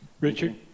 Richard